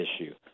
issue